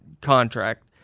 contract